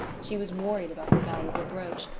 she was worried about her valuable brooch.